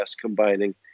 combining